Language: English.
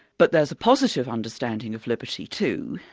but there's a positive understanding of liberty, too,